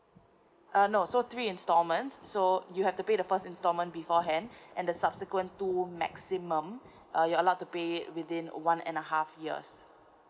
uh no so three installments so you have to pay the first instalment beforehand and the subsequent two maximum uh you're allowed to pay within one and a half years